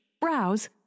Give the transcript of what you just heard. browse